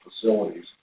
facilities